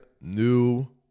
new